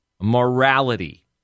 morality